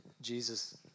Jesus